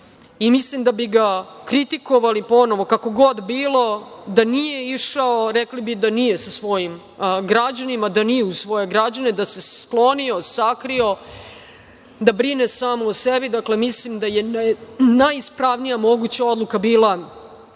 i mislim da bi ga kritikovali ponovo kako god bilo. Da nije išao, rekli bi da nije sa svojim građanima, da nije uz svoje građane, da se sklonio, sakrio, da brine samo o sebi. Dakle, mislim da je najispravnija moguća odluka bila